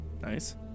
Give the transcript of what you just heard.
Nice